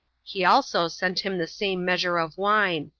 he also sent him the same measure of wine.